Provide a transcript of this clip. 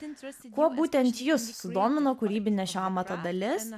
kuo būtent jus sudomino kūrybinė šio amato dalis